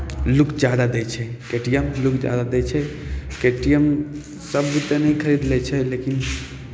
look जादा दै छै के टी एम लुक जादा दै छै के टी एम सभ तऽ नहि खरीद लैत छै लेकिन